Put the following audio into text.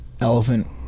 Elephant